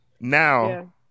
now